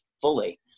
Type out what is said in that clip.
fully